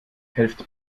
helft